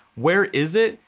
where is it,